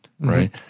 right